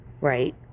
right